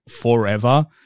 forever